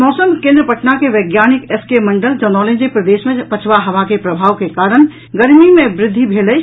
मौसम केन्द्र पटना के वैज्ञानिक एस के मंडल जनौलनि जे प्रदेश मे पछवा हवाक प्रभाव के कारण गर्मी मे वृद्धि भेल अछि